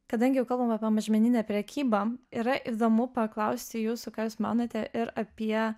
kadangi jau kalbam apie mažmeninę prekybą yra įdomu paklausti jūsų kas jūs manote ir apie